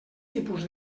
tipus